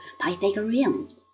Pythagoreans